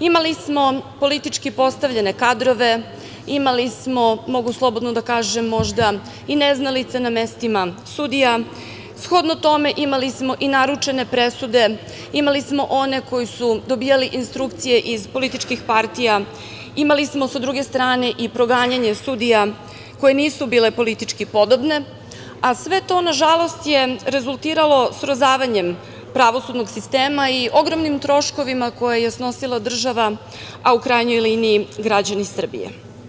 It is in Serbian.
imali smo politički postavljene kadrove, imali smo, mogu slobodno da kažem možda i neznalica na mestima sudija, shodno tome imali smo i naručene presude, imali smo one koji su dobijali instrukcije iz političkih partija, imali smo sa druge strane i proganjanje sudija koje nisu bile politički podobne, a sve to nažalost je rezultiralo srozavanjem pravosudnog sistema i ogromnim troškovima koje je snosila država, a u krajnjoj liniji građani Srbije.